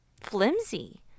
flimsy